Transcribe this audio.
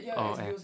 oh eh